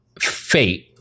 fate